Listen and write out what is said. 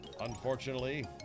Unfortunately